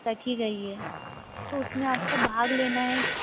रखी गई है तो उसमें आपको भाग लेना है